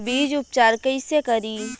बीज उपचार कईसे करी?